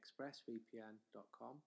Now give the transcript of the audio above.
expressvpn.com